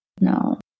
No